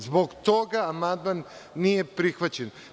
Zbog toga amandman nije prihvaćen.